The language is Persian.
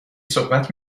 صحبت